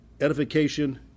edification